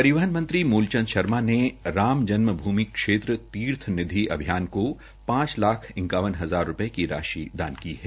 परिवहन मंत्री मूलचंद शर्मा ने राम जन्म भूमिक क्षेत्र तीर्थ निधि अभियान को पांच लाख इक्यावन हजार की राशि दान की है